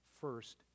First